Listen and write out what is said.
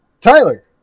Tyler